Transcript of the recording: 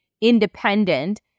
independent